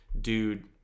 dude